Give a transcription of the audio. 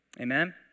Amen